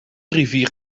rivier